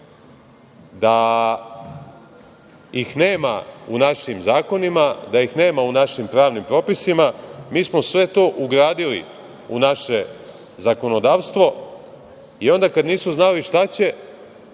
da ih nema u našim zakonima, da ih nema u našim pravnim propisima, mi smo sve to ugradili u naše zakonodavstvo. Onda kada nisu znali šta će,